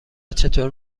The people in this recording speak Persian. چطور